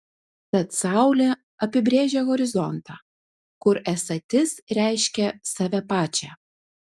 tad saulė apibrėžia horizontą kur esatis reiškia save pačią